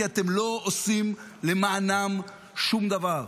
כי אתם לא עושים למענם שום דבר.